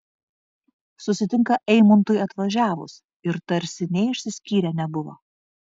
susitinka eimuntui atvažiavus ir tarsi nė išsiskyrę nebuvo